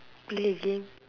play game